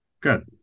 Good